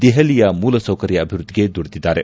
ದೆಹಲಿಯ ಮೂಲಸೌಕರ್ಯ ಅಭಿವೃದ್ಧಿಗೆ ದುಡಿದಿದ್ದಾರೆ